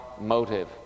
motive